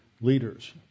Leaders